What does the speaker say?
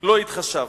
לא יתחשב".